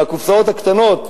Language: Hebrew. מהקופסאות הקטנות,